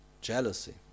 jealousy